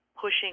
pushing